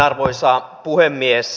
arvoisa puhemies